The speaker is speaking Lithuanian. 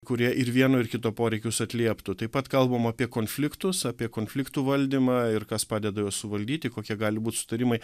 kurie ir vieno ir kito poreikius atlieptų taip pat kalbam apie konfliktus apie konfliktų valdymą ir kas padeda juos suvaldyti kokie gali būt susitarimai